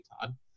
Todd